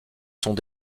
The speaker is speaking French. sont